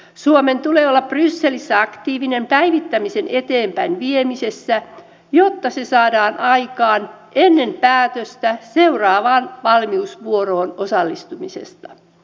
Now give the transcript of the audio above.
suomen tulee olla brysselissä aktiivinen päivittämisen eteenpäin viemisessä jotta se saadaan aikaan ennen päätöstä seuraavaan valmiusvuoroon osallistumisesta